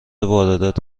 واردات